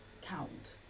count